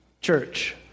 Church